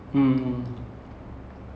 that he can really dance